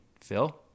Phil